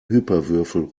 hyperwürfel